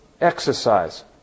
exercise